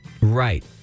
right